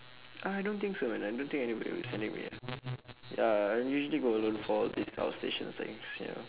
I don't think man I don't think anybody will sending me ah ya I usually go alone for this outstation things ya